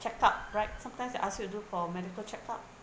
check up right sometimes they ask you to do for medical check up